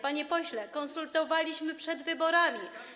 Panie pośle, konsultowaliśmy przed wyborami.